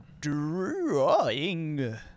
drawing